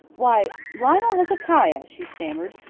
why, lionel hezekiah, she stammered,